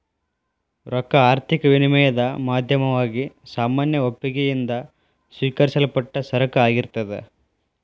ರೊಕ್ಕಾ ಆರ್ಥಿಕ ವಿನಿಮಯದ್ ಮಾಧ್ಯಮವಾಗಿ ಸಾಮಾನ್ಯ ಒಪ್ಪಿಗಿ ಯಿಂದ ಸ್ವೇಕರಿಸಲ್ಪಟ್ಟ ಸರಕ ಆಗಿರ್ತದ್